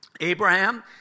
Abraham